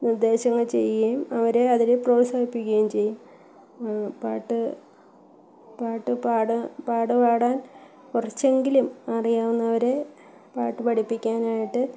നിർദ്ദേശങ്ങൾ ചെയ്യുകയും അവരെ അതിന് പ്രോത്സാഹിപ്പിക്കുകയും ചെയ്യും പാട്ട് പാട്ട് പാടാ പാട് പാടാൻ കുറച്ചെങ്കിലും അറിയാവുന്നവരെ പാട്ട് പഠിപ്പിക്കാനായിട്ട്